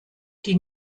die